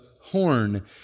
horn